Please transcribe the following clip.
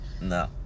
No